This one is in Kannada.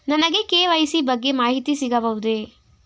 ನನಗೆ ಕೆ.ವೈ.ಸಿ ಬಗ್ಗೆ ಮಾಹಿತಿ ಸಿಗಬಹುದೇ?